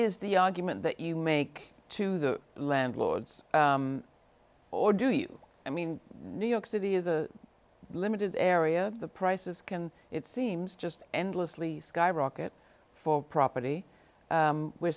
is the argument that you make to the landlords or do you i mean new york city is a limited area of the prices can it seems just endlessly skyrocket for property we're